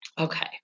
Okay